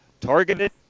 targeted